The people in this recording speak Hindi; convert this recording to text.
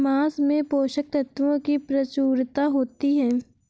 माँस में पोषक तत्त्वों की प्रचूरता होती है